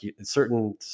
certain